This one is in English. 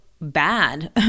bad